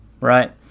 right